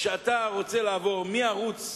רוצה לעבור מערוץ